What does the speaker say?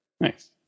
Nice